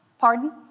Pardon